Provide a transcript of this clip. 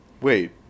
Wait